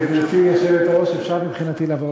גברתי היושבת-ראש, אפשר מבחינתי לעבור